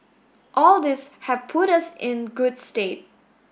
all these have put us in good stead